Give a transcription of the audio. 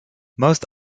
most